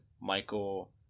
Michael